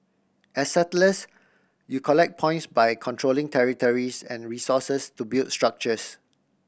as settlers you collect points by controlling territories and resources to build structures